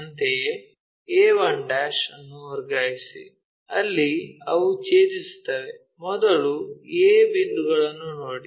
ಅಂತೆಯೇ a1 ಅನ್ನು ವರ್ಗಾಯಿಸಿ ಅಲ್ಲಿ ಅವು ಛೇದಿಸುತ್ತವೆ ಮೊದಲು a ಬಿಂದುಗಳನ್ನು ನೋಡಿ